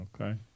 Okay